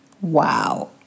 wow